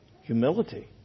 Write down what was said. Humility